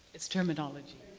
it's terminology.